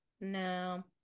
no